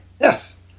Yes